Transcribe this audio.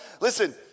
Listen